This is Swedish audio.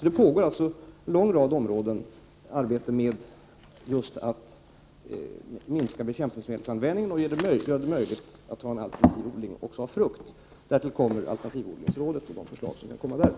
Det pågår alltså på en lång rad områden arbete just med att minska bekämpningsmedelsanvändningen och göra det möjligt att driva alternativodling också av frukt. Därtill kommer alternativodlingsrådet och de förslag som kan komma därifrån.